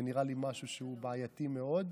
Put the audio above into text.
זה נראה לי משהו בעייתי מאוד.